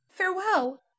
Farewell